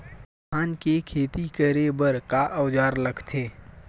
धान के खेती करे बर का औजार लगथे?